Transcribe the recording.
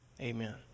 Amen